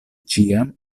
ĉiam